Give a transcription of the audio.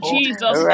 Jesus